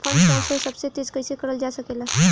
Fund transfer सबसे तेज कइसे करल जा सकेला?